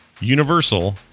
universal